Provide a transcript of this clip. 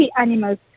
animals